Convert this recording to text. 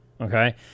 Okay